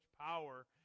power